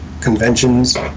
conventions